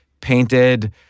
painted